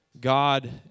God